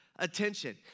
Attention